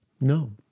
No